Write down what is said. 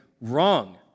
wrong